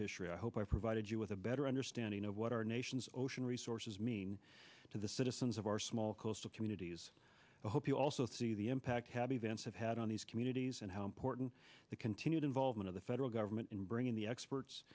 fishery i hope i provided you with a better understanding of what our nation's ocean resources mean to the citizens of our small coastal communities i hope you also see the impact have events have had on these communities and how important the continued involvement of the federal government in bringing the experts